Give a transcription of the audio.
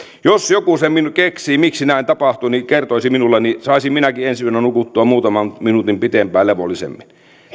jos joku sen keksii miksi näin tapahtuu niin kertoisi minulle niin saisin minäkin ensi yönä nukuttua muutaman minuutin pitempään levollisemmin